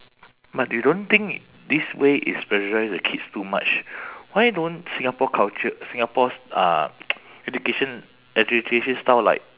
but you don't think this way is pressurise the kids too much why don't singapore culture singapore s~ uh education education style like